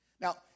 Now